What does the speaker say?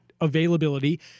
availability